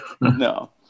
No